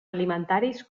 alimentaris